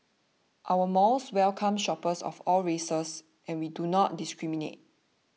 our malls welcome shoppers of all races and we do not discriminate